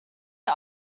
are